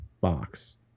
box